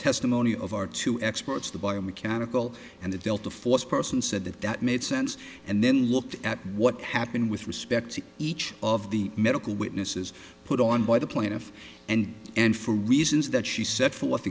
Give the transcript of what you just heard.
estimony of our two experts the biomechanical and the delta force person said that that made sense and then looked at what happened with respect to each of the medical witnesses put on by the plaintiff and and for reasons that she set forth